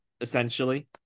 Essentially